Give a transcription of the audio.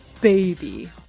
baby